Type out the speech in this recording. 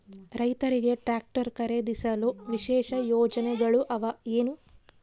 ರೈತರಿಗೆ ಟ್ರಾಕ್ಟರ್ ಖರೇದಿಸಲು ವಿಶೇಷ ಯೋಜನೆಗಳು ಅವ ಏನು?